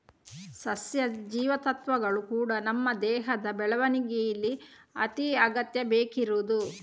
ಸಸ್ಯ ಜೀವಸತ್ವಗಳು ಕೂಡಾ ನಮ್ಮ ದೇಹದ ಬೆಳವಣಿಗೇಲಿ ಅತಿ ಅಗತ್ಯ ಬೇಕಿರುದು